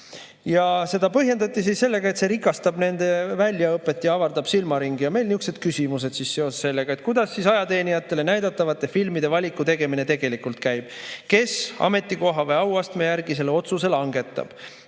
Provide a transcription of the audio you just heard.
Seda põhjendati sellega, et see rikastab nende väljaõpet ja avardab silmaringi. Ja meil on nihukesed küsimused seoses sellega. Kuidas siis ajateenijatele näidatavate filmide valiku tegemine tegelikult käib? Kes ametikoha või auastme järgi selle otsuse langetab?